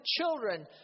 children